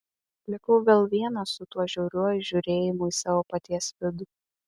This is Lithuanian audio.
likau vėl vienas su tuo žiauriuoju žiūrėjimu į savo paties vidų